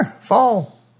fall